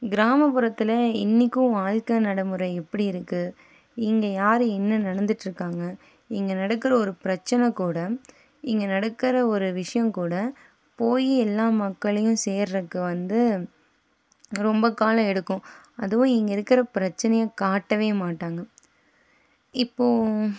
கிராமப்புறத்தில் இன்னைக்கும் வாழ்க்க நடமுறை எப்படி இருக்குது இங்கே யாரு என்ன நடந்துகிட்டு இருக்காங்க இங்கே நடக்கிற ஒரு பிரச்சன கூட இங்க நடக்கிற ஒரு விஷயம் கூட போய் எல்லா மக்களையும் சேர்கிறதுக்கு வந்து ரொம்ப காலம் எடுக்கும் அதுவும் இங்கே இருக்குற பிரச்சனைய காட்டவே மாட்டாங்க இப்போது